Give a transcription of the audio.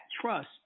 trust